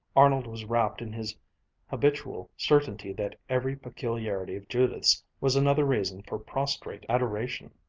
arnold was rapt in his habitual certainty that every peculiarity of judith's was another reason for prostrate adoration.